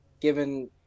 given